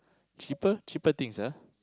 cheaper cheaper things ah